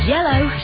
Yellow